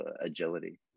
agility